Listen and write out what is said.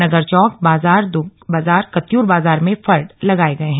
नगर चौक बाजार दुग बाजार कत्यूर बाजार में फड़ लगाए गए हैं